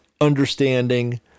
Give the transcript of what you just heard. understanding